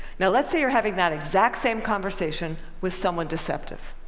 now let's say you're having that exact same conversation with someone deceptive.